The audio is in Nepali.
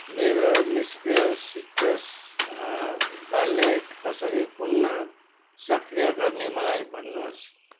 मेरो निष्क्रिय सिट्रस वालेट कसरी पुनः सक्रिय गर्ने मलाई भन्नुहोस्